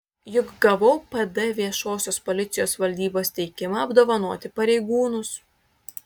juk gavau pd viešosios policijos valdybos teikimą apdovanoti pareigūnus